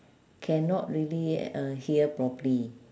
cannot really uh hear properly